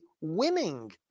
winning